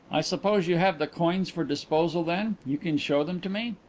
i suppose you have the coins for disposal then? you can show them to me?